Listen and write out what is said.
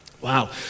Wow